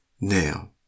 Now